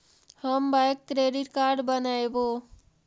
हम bank credit card बनैवो?